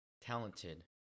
talented